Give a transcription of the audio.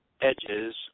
edges